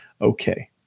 okay